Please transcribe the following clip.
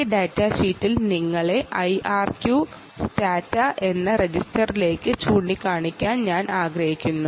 ഈ ഡാറ്റാഷീറ്റിൽ നിങ്ങളെ IRQ സ്റ്റാറ്റ എന്ന രജിസ്റ്റർ നോക്കാൻ ഞാൻ ആഗ്രഹിക്കുന്നു